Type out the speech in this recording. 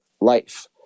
life